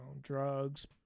drugs